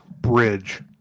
bridge